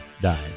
die